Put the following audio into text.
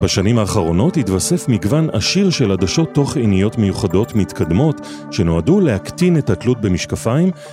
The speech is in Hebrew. בשנים האחרונות התווסף מגוון עשיר של הדשות תוך עיניות מיוחדות מתקדמות שנועדו להקטין את התלות במשקפיים